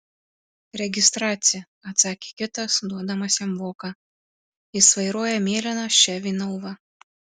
registracija atsakė kitas duodamas jam voką jis vairuoja mėlyną chevy nova